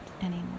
anymore